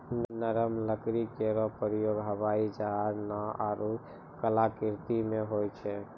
नरम लकड़ी केरो प्रयोग हवाई जहाज, नाव आरु कलाकृति म होय छै